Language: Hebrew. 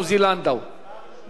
בהצבעה הראשונה.